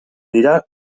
dira